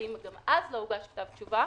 ואם גם אז לא הוגש כתב תשובה,